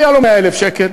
היה לו 100,000 שקל,